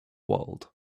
world